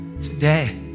Today